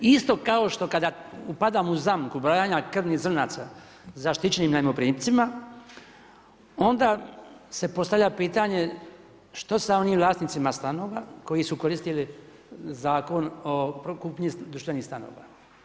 Isto kao što kada upadam u zamku brojanja krvnih zrnaca zaštićenim najmoprimcima onda se postavlja pitanje što sa onim vlasnicima stanova koji su koristili Zakon o kupnji društvenih stanova.